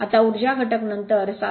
आता ऊर्जा घटक नंतर 27